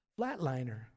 flatliner